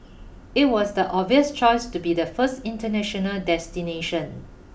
it was the obvious choice to be the first international destination